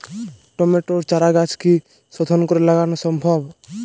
টমেটোর চারাগাছ কি শোধন করে লাগানো সম্ভব?